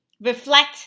reflect